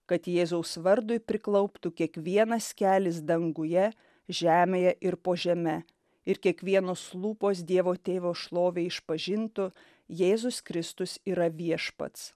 kad jėzaus vardui priklauptų kiekvienas kelis danguje žemėje ir po žeme ir kiekvienos lūpos dievo tėvo šlovei išpažintų jėzus kristus yra viešpats